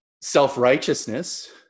self-righteousness